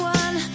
one